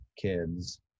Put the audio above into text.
kids